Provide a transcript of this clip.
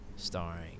Starring